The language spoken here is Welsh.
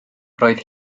roedd